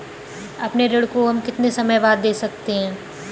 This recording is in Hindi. अपने ऋण को हम कितने समय बाद दे सकते हैं?